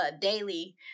daily